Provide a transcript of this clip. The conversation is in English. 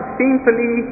simply